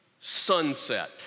sunset